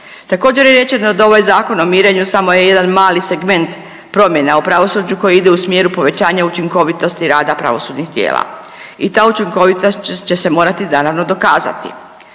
Također je rečeno da ovaj Zakon o mirenju samo je jedan mali segment promjena u pravosuđu koji ide u smjeru povećanja učinkovitosti rada pravosudnih tijela i ta učinkovitost će se morati naravno dokazati.